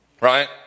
right